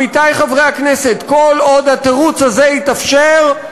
עמיתי חברי הכנסת, כל עוד התירוץ הזה יתאפשר,